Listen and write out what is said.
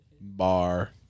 Bar